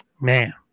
man